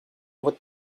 votre